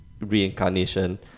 reincarnation